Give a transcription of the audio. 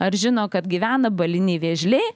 ar žino kad gyvena baliniai vėžliai